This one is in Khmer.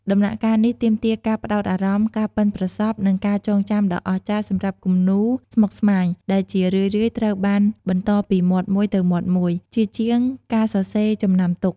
ដំណាក់កាលនេះទាមទារការផ្តោតអារម្មណ៍ ការប៉ិនប្រសប់ និងការចងចាំដ៏អស្ចារ្យសម្រាប់គំនូរស្មុគស្មាញ ដែលជារឿយៗត្រូវបានបន្តពីមាត់មួយទៅមាត់មួយ ជាជាងការសរសេរចំណាំទុក។